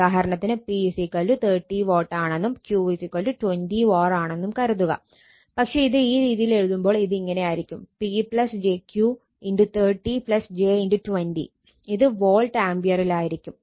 ഉദാഹരണത്തിന് P 30 watt ആണെന്നും Q 20 VAr ആണെന്നും കരുതുക പക്ഷെ ഇത് ഈ രീതിയിൽ എഴുതുമ്പോൾ ഇത് ഇങ്ങനെയായിരിക്കും P jQ 30 j 20 ഇത് വോൾട്ട് ആംപിയറിലായിരിക്കും